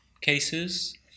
cases